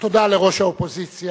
תודה לראש האופוזיציה,